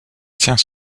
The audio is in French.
tient